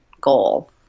goal